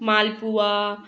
malpua